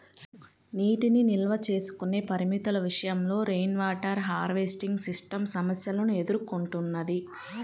నీటిని నిల్వ చేసుకునే పరిమితుల విషయంలో రెయిన్వాటర్ హార్వెస్టింగ్ సిస్టమ్ సమస్యలను ఎదుర్కొంటున్నది